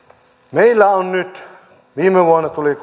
meillä on nyt viime vuonna tuli